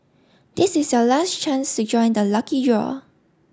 this is your last chance join the lucky draw